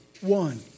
one